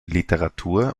literatur